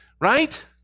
right